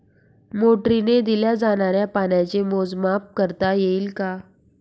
मोटरीने दिल्या जाणाऱ्या पाण्याचे मोजमाप करता येईल का?